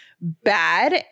bad